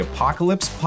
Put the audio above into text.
Apocalypse